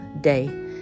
day